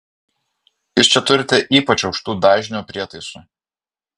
jūs čia turite ypač aukštų dažnių prietaisų